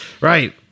right